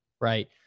right